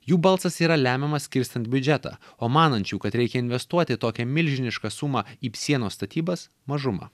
jų balsas yra lemiamas skirstant biudžetą o manančių kad reikia investuoti tokią milžinišką sumą į p sienos statybas mažuma